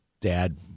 dad